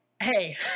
hey